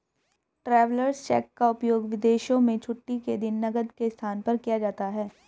travellers cheque का उपयोग विदेशों में छुट्टी के दिन नकद के स्थान पर किया जाता है